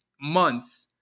months